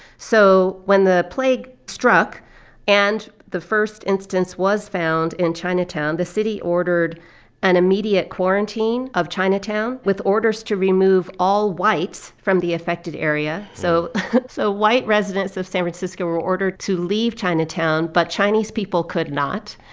so when the plague struck and the first instance was found in chinatown, the city ordered an immediate quarantine of chinatown with orders to remove all whites from the affected area. so the so white residents of san francisco were ordered to leave chinatown, but chinese people could not.